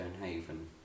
Stonehaven